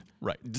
right